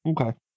Okay